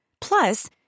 Plus